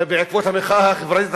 בעקבות המחאה החברתית,